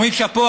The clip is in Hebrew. אומרים שאפו.